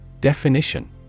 Definition